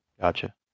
gotcha